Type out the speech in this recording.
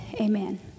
amen